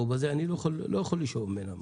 אני לא יכול לשאוב ממנה מים,